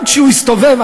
גם כשהוא יסתובב,